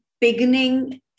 beginning